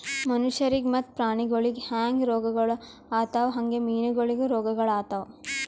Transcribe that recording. ಮನುಷ್ಯರಿಗ್ ಮತ್ತ ಪ್ರಾಣಿಗೊಳಿಗ್ ಹ್ಯಾಂಗ್ ರೋಗಗೊಳ್ ಆತವ್ ಹಂಗೆ ಮೀನುಗೊಳಿಗನು ರೋಗಗೊಳ್ ಆತವ್